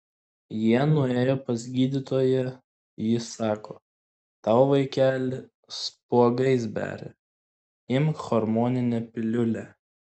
jie nuėjo pas gydytoją ji sako tau vaikeli spuogais beria imk hormoninę piliulę